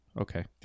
okay